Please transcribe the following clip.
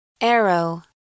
Arrow